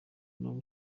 nabo